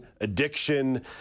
addiction